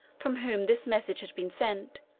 from whom this message had been sent,